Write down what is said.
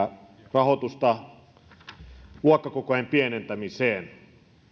rahoitusta luokkakokojen pienentämiseen